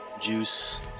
juice